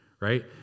right